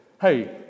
hey